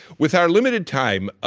with our limited time,